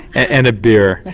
and a beer.